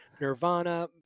nirvana